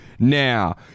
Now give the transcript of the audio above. Now